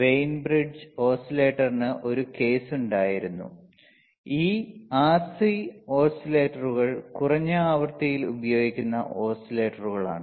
Wien bridge ഓസിലേറ്ററിന് ഒരു കേസുണ്ടായിരുന്നു ഈ RC ഓസിലേറ്ററുകൾ കുറഞ്ഞ ആവൃത്തിയിൽ ഉപയോഗിക്കുന്ന ഓസിലേറ്ററുകളാണ്